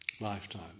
lifetime